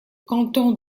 canton